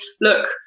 look